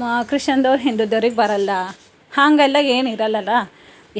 ಮಾ ಕ್ರಿಶ್ಚನ್ದವ್ರು ಹಿಂದೂ ದೆವ್ರಿಗೆ ಬರಲ್ಲ ಹಂಗೆಲ್ಲ ಏನು ಇರಲ್ಲಲ್ಲ